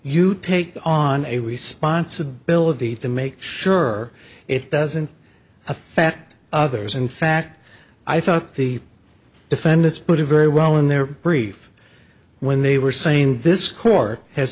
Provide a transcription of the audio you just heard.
you take on a responsibility to make sure it doesn't affect others in fact i thought the defendants put it very well in their brief when they were saying this court has